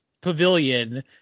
pavilion